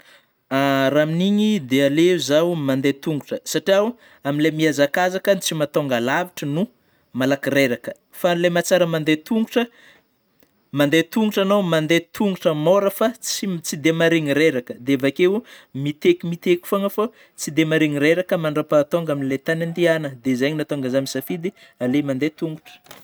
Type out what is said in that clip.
Raha amin'iny dia aleo zaho mandeha tongotra satria o amin'ilay mihazakazaka tsy mahatonga alavitry no malaky reraka fa ilay mahatsara mandeha tongotra mandeha tongotra anao mandeha tongotra mora fa tsy- tsy dia maregny reraka dia avy akeo miteky miteky fogna fo tsy de maregny reraka mandrapahatonga amin'ilay tany andehanana dia izay no mahatonga zaho misafidy aleo mandeha tongotra.